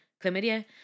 chlamydia